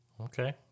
Okay